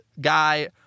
guy